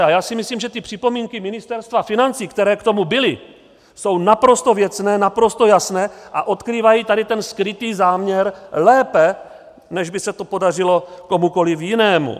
A já si myslím, že ty připomínky Ministerstva financí, které k tomu byly, jsou naprosto věcné, naprosto jasné a odkrývají tady ten skrytý záměr lépe, než by se to podařilo komukoliv jinému.